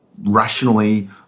rationally